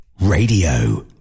Radio